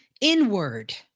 inward